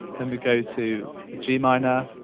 then we go to a g minor,